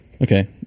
Okay